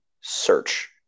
search